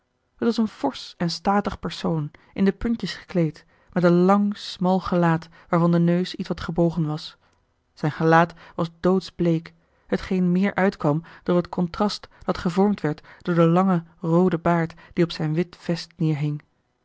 het was een forsch en statig persoon in de puntjes gekleed met een lang smal gelaat waarvan de neus ietwat gebogen was zijn gelaat was doodsbleek hetgeen meer uitkwam door het contrast dat gevormd werd door den langen rooden baard die op zijn wit